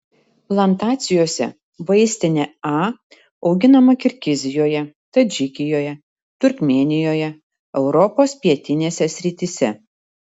plantacijose vaistinė a auginama kirgizijoje tadžikijoje turkmėnijoje europos pietinėse srityse